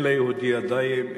אין ליהודי ידיים,